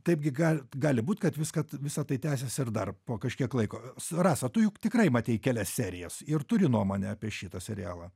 taigi gal gali būt kad viską visa tai tęsiasi ir dar po kažkiek laiko rasa tu juk tikrai matei kelias serijas ir turi nuomonę apie šitą serialą